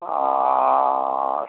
और